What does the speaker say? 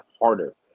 harder